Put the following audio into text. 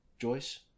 Joyce